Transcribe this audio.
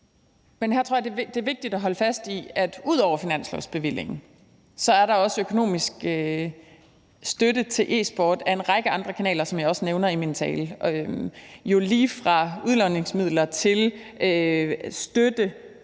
Her tror jeg, det er vigtigt at holde fast i, at ud over finanslovsbevillingen er der også økonomisk støtte til e-sport ad en række andre kanaler, som jeg også nævner i min tale – jo lige fra udlodningsmidler til støtte